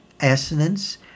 assonance